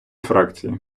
фракції